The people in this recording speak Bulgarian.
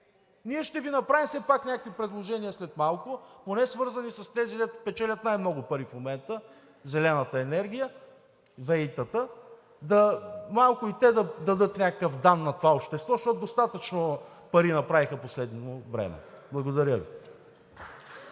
пак ще Ви направим някакви предложения след малко, поне свързани с тези, които печелят най-много пари в момента – зелената енергия, ВЕИ-тата, малко и те да дадат някаква дан на това общество, защото достатъчно пари направиха през последно време. Благодаря Ви.